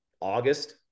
august